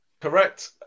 Correct